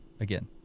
Again